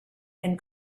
and